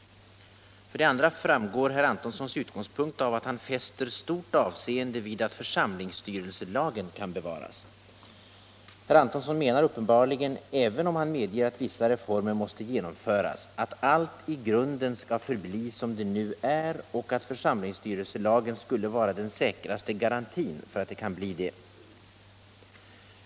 För det andra framgår herr Antonssons utgångspunkt av att han fäster så stort avseende vid att församlingsstyrelselagen kan bevaras. Herr Antonsson menar uppenbarligen, även om han medger att vissa reformer måste genomföras, att allt i grunden skall förbli som det är och att församlingsstyrelselagen skulle vara den säkraste garantin för att det kan bli det.